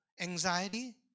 anxiety